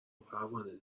پروانه